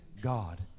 God